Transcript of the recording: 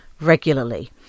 regularly